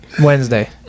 Wednesday